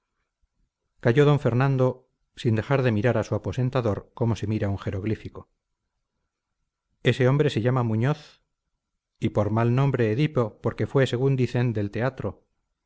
calló d fernando sin dejar de mirar a su aposentador como se mira un jeroglífico ese hombre se llama muñoz y por mal nombre edipo porque fue según dicen del teatro